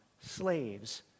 slaves